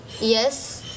Yes